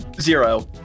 Zero